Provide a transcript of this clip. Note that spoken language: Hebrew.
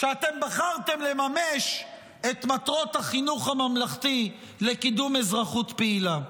שאתם בחרתם לממש את מטרות החינוך הממלכתי לקידום אזרחות פעילה.